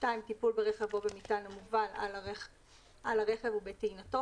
(2)טיפול ברכב או במטען המובל על הרכב ובטעינתו,